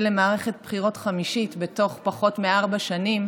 למערכת בחירות חמישית בתוך פחות מארבע שנים.